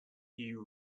you